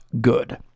good